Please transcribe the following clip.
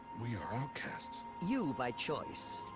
we are outcasts. you, by choice.